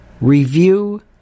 review